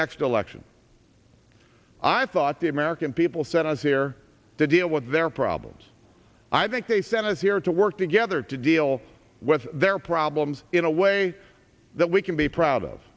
next election i thought the american people sent us here to deal with their problems i think they sent us here to work together to deal with their problems in a way that we can be proud of